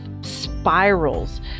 spirals